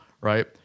Right